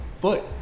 foot